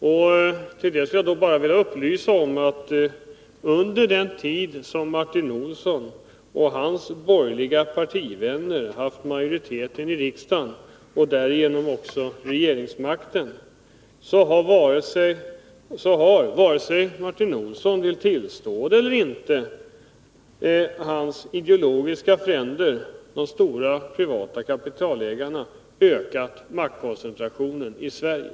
Jag vill då upplysa om att under den tid som Martin Olsson och hans borgerliga partivänner haft majoriteten i riksdagen och därigenom också regeringsmakten har, vare sig Martin Olsson vill tillstå det eller inte, hans ideologiska fränder, dvs. de stora, privata kapitalägarna, ökat maktkoncentrationen i Sverige.